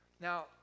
Now